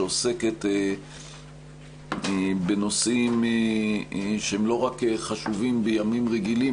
שעוסקת בנושאים שהם לא רק חשובים בימים רגילים,